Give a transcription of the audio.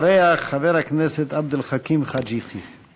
אחריה, חבר הכנסת עבד אל חכים חאג' יחיא.